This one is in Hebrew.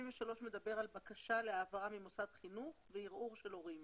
"בקשה להעברה ממוסד חינוך וערעור שלהורים.